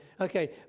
Okay